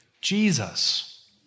Jesus